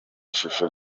ishusho